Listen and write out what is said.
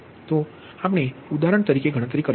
તો આપણે ઉદાહરણ તરીકે ગણતરી કરીશું